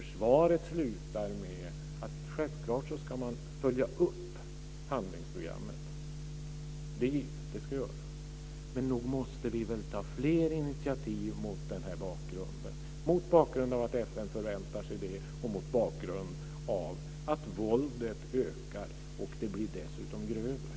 I svaret sägs slutligen att man självklart ska följa upp handlingsprogrammet. Men nog måste vi väl ta fler initiativ mot bakgrund av att FN förväntar sig det och mot bakgrund av att våldet ökar och dessutom blir grövre.